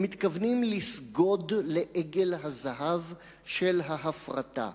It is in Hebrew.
הם מתכוונים לסגוד לעגל הזהב של ההפרטה,